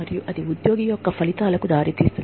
మరియు ఇది ఉద్యోగుల ఫలితాలకు దారితీస్తుంది